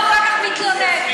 והוא אחר כך מתלונן.